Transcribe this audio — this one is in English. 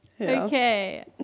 Okay